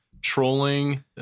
trolling